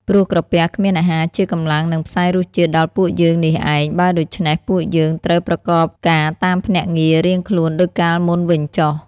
ព្រោះក្រពះគ្មាន អាហារជាកម្លាំង នឹងផ្សាយរសជាតិដល់ពួកយើងនេះឯង បើដូច្នេះពួកយើង ត្រូវប្រកបការតាមភ្នាក់ងាររៀងខ្លួនដូចកាលមុនវិញចុះ។